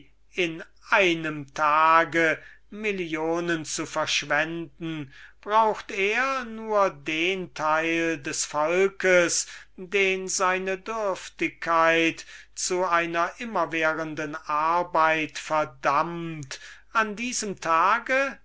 in einem tag millionen zu verschwenden hat er nichts nötig als denjenigen teil des volkes den seine dürftigkeit zu einer immerwährenden arbeit verdammt an diesem tage